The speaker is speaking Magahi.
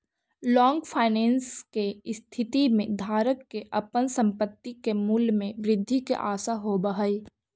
लॉन्ग फाइनेंस के स्थिति में धारक के अपन संपत्ति के मूल्य में वृद्धि के आशा होवऽ हई